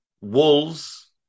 Wolves